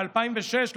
ב-2006,